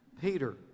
Peter